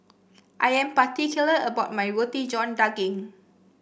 I am particular about my Roti John Daging